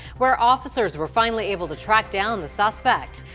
where officers were finally able to track down the suspect.